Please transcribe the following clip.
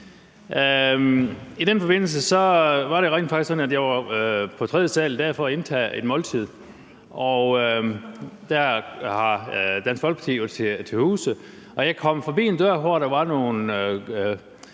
I den forbindelse var det rent faktisk sådan, at jeg var på tredje sal for at indtage et måltid, og der har Dansk Folkeparti jo til huse. Jeg kom forbi en dør, hvor der var nogle